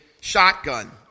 shotgun